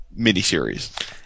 miniseries